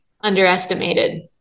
underestimated